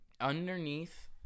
Underneath